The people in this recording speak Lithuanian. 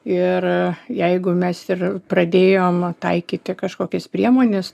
ir jeigu mes ir pradėjom taikyti kažkokias priemones